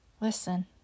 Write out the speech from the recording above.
Listen